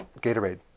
Gatorade